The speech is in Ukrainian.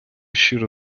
щиро